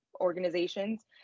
organizations